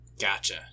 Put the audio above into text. Gotcha